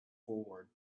forward